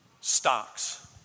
stocks